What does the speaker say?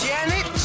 Janet